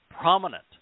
prominent